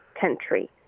country